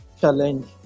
challenge